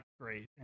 great